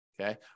Okay